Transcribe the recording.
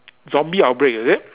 zombie outbreak is it